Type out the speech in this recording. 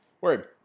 Word